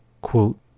Quote